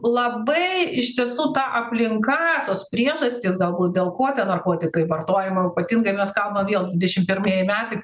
labai iš tiesų ta aplinka tos priežastys galbūt dėl ko tie narkotikai vartojama ypatingai mes kalbam vėl dvidešim pirmieji metai